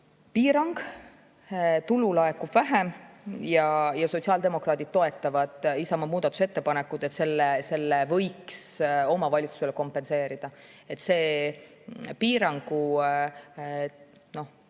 piirangu tõttu tulu laekub vähem. Sotsiaaldemokraadid toetavad Isamaa muudatusettepanekut, et selle võiks omavalitsusele kompenseerida, nii et see piirangu tõttu